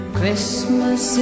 Christmas